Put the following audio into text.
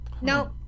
no